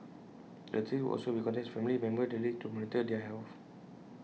the authorities will also be contacting his family members daily to monitor their health